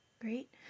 Great